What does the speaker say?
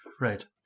Right